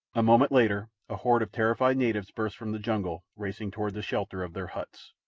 a moment later a horde of terrified natives burst from the jungle, racing toward the shelter of their huts.